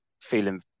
feeling